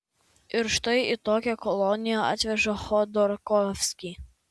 ir štai į tokią koloniją atveža chodorkovskį